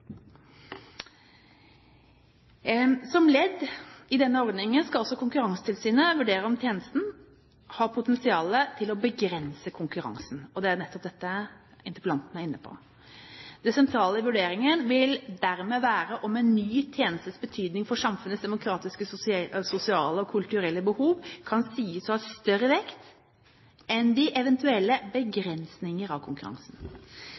Som ledd i ordningen skal også Konkurransetilsynet vurdere om tjenesten har potensial til å begrense konkurransen. Det er jo nettopp dette interpellanten er inne på. Det sentrale i vurderingen vil dermed være om en ny tjenestes betydning for samfunnets «demokratiske, sosiale og kulturelle behov» kan sies å ha større vekt enn de eventuelle begrensninger av konkurransen.